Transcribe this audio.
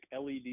led